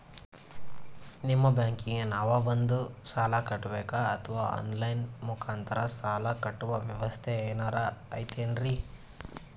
ನಿಮ್ಮ ಬ್ಯಾಂಕಿಗೆ ನಾವ ಬಂದು ಸಾಲ ಕಟ್ಟಬೇಕಾ ಅಥವಾ ಆನ್ ಲೈನ್ ಮುಖಾಂತರ ಸಾಲ ಕಟ್ಟುವ ವ್ಯೆವಸ್ಥೆ ಏನಾರ ಐತೇನ್ರಿ?